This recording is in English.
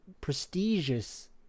prestigious